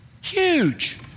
Huge